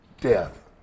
death